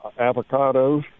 avocados